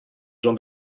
jean